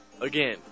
Again